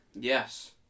Yes